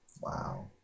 Wow